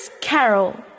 Carol